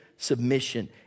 Submission